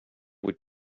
would